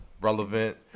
Relevant